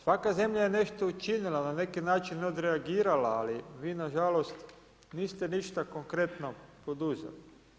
Svaka zemlja je nešto učinila, na neki način odreagirala, ali vi nažalost, niste ništa konkretno poduzeli.